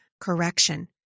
correction